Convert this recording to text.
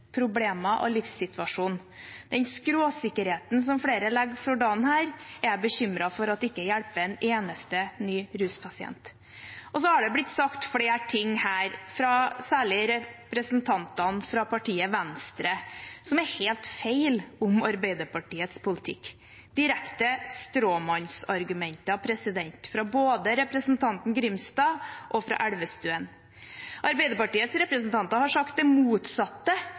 problemer og livssituasjon. Den skråsikkerheten som flere legger for dagen her, er jeg bekymret for at ikke hjelper en eneste ny ruspasient. Så har det blitt sagt flere ting her, særlig fra representantene fra partiet Venstre, om Arbeiderpartiets politikk som er helt feil – direkte stråmannsargumenter fra både representanten Grimstad og representanten Elvestuen. Arbeiderpartiets representanter har sagt det motsatte